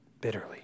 bitterly